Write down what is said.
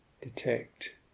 detect